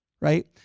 Right